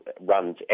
runs